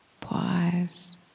Pause